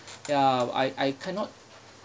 ya I I cannot